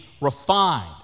refined